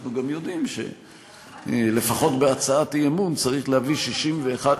אנחנו גם יודעים שלפחות בהצעת אי-אמון צריך להביא 61 קולות,